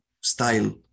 style